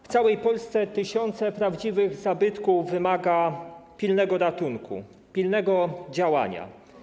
W całej Polsce tysiące prawdziwych zabytków wymaga pilnego ratunku, pilnego działania.